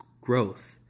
growth